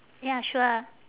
ya sure